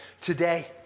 today